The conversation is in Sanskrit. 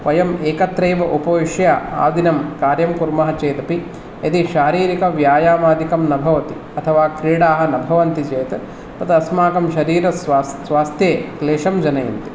वयम् एकत्रैव उपविश्य आदिनं कार्यं कुर्मः चेदपि यदि शारीरिकव्यायामादिकं न भवति अथवा क्रीडाः न भवन्ति चेत् तद् अस्माकं शरीरस्वास् स्वास्थे क्लेशं जनयन्ति